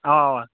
اَوا اَوا